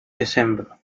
december